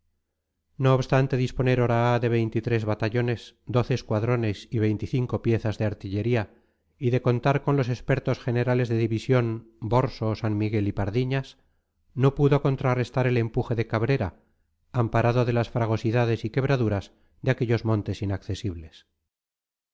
no obstante disponer oraa de veintitrés batallones doce escuadrones y veinticinco piezas de artillería y de contar con los expertos generales de división borso san miguel y pardiñas no pudo contrarrestar el empuje de cabrera amparado de las fragosidades y quebraduras de aquellos montes inaccesibles